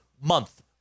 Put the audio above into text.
month